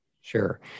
Sure